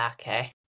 Okay